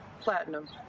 platinum